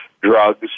drugs